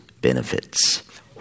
benefits